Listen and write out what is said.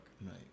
right